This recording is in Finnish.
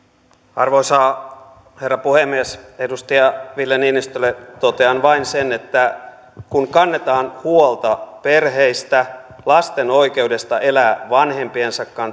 arvoisa herra puhemies edustaja ville niinistölle totean vain sen että kun kannetaan huolta perheistä lasten oikeudesta elää vanhempiensa